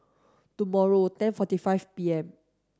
tomorrow forty five P M